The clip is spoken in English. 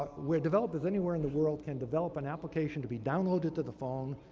where developers anywhere in the world can develop an application to be downloaded to the phone.